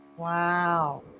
Wow